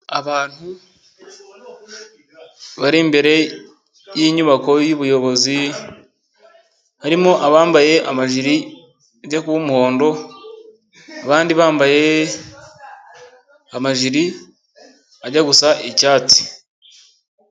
Abantu bari imbere y'inyubako y'ubuyobozi, harimo abambaye amajili arya kuba umuhondo ,abandi bambaye amajili ajya gusa icyatsi.